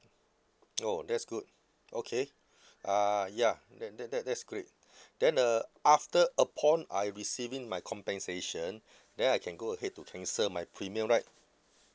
oh that's good okay uh ya that that that that is great then uh after upon I receiving my compensation then I can go ahead to cancel my premium right